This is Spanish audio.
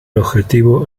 objetivo